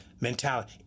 mentality